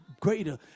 greater